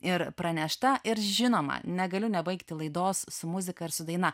ir pranešta ir žinoma negaliu nebaigti laidos su muzika ar su daina